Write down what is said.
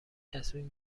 تصمیم